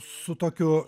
su tokiu